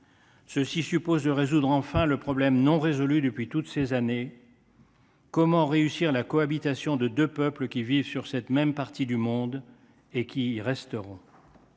Cela suppose de résoudre enfin le problème laissé sans réponse depuis toutes ces années : comment réussir la cohabitation de deux peuples qui vivent sur cette même partie du monde et qui y resteront